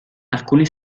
alcuni